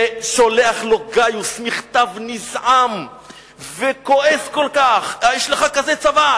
וגאיוס שלח לו מכתב נזעם וכועס על כך: יש לך כזה צבא,